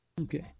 Okay